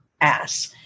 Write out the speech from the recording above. ass